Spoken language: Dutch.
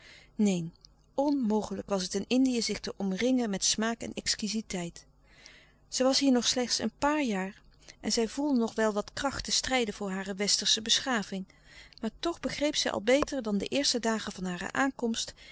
neen onmogelijk was het in indië zich te omringen met smaak en exquiziteit zij was hier nog slechts een paar jaar en zij voelde nog wel wat kracht te strijden voor hare westersche beschaving maar toch begreep zij al beter dan de eerste dagen louis couperus de stille kracht van hare aankomst